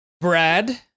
Brad